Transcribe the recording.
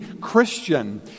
Christian